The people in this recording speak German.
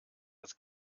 als